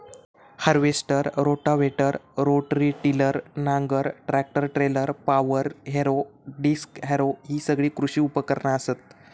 harvester, rotavator, rotary tiller, नांगर, tractor trailer, power harrow, disc harrow हि सगळी कृषी उपकरणा असत